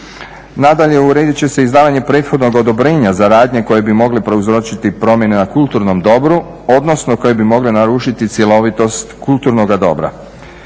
Nadalje, uredit će se izdavanje prethodnog odobrenja za radnje koje bi mogle prouzročiti promjene na kulturnom dobru, odnosno koje bi mogle narušiti cjelovitost kulturnoga dobra.